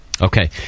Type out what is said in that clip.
Okay